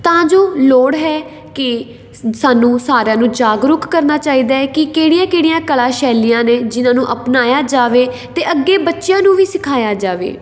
ਤਾਂ ਜੋ ਲੋੜ ਹੈ ਕਿ ਸਾਨੂੰ ਸਾਰਿਆਂ ਨੂੰ ਜਾਗਰੂਕ ਕਰਨਾ ਚਾਹੀਦਾ ਹੈ ਕਿ ਕਿਹੜੀਆਂ ਕਿਹੜੀਆਂ ਕਲਾ ਸ਼ੈਲੀਆਂ ਨੇ ਜਿਨ੍ਹਾਂ ਨੂੰ ਅਪਣਾਇਆ ਜਾਵੇ ਅਤੇ ਅੱਗੇ ਬੱਚਿਆਂ ਨੂੰ ਵੀ ਸਿਖਾਇਆ ਜਾਵੇ